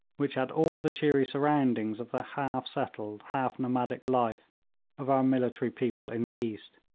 which had all the cheery surroundings of the half-settled, half-nomadic life of our military people in the east.